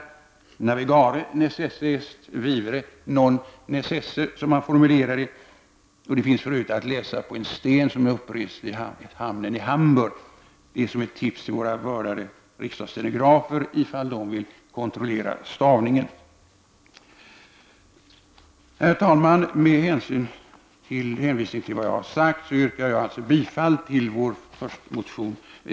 De formulerade detta på följande sätt: Navigare necesse est, vivere non necesse. Detta finns för övrigt att läsa på en sten som rests i hamnen i Hamburg. Det är ett tips till våra vördade riksdagsstenografer om de vill kontrollera stavningen. Herr talman! Med hänvisning till vad jag har sagt yrkar jag bifall till reservationerna I och 2.